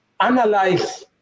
Analyze